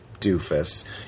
doofus